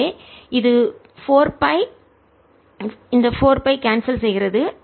எனவே இது 4 by 4 by cancel செய்கிறது